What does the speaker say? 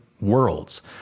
worlds